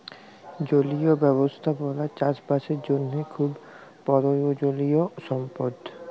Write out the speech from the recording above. জলীয় ব্যবস্থাপালা চাষ বাসের জ্যনহে খুব পরয়োজলিয় সম্পদ